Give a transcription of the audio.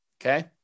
Okay